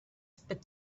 spit